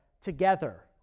together